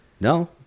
No